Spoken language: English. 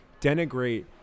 denigrate